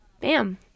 bam